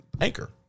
Anchor